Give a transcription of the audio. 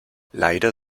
leider